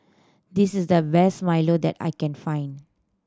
this is the best milo that I can find